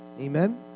Amen